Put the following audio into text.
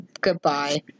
goodbye